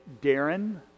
Darren